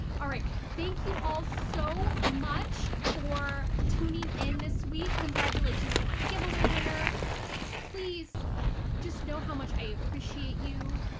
all right thank you all so much for tuning in this week. congratulations to my giveaway winner please just know how much i appreciate you,